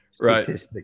Right